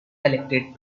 elected